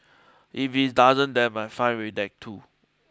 if it doesn't then I'm fine with that too